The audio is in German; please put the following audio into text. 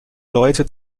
leute